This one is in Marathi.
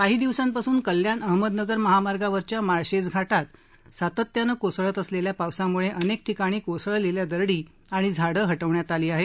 काही दिवसांपासून कल्याण अहमदनगर महामार्गावरच्या माळशेज घाटात सातत्यानं कोसळत असलेल्या पावसामुळे अनेक ठिकाणी कोसळलेल्या दरडी आणि झाडं हटवण्यात आली आहेत